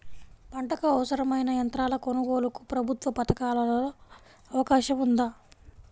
పంటకు అవసరమైన యంత్రాల కొనగోలుకు ప్రభుత్వ పథకాలలో అవకాశం ఉందా?